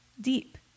deep